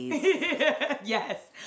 Yes